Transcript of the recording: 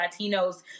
Latinos